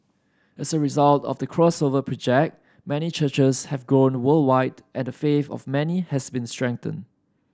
as a result of the Crossover Project many churches have grown worldwide and the faith of many has been strengthened